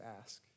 ask